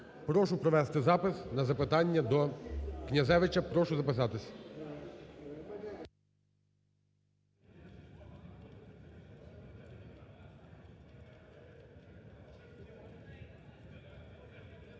Прошу провести запис на запитання до Князевича. Прошу записатись.